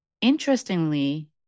Interestingly